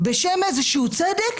בשם איזה צדק?